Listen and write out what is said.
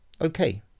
Okay